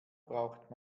braucht